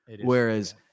whereas